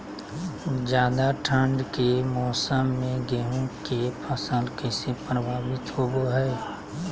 ज्यादा ठंड के मौसम में गेहूं के फसल कैसे प्रभावित होबो हय?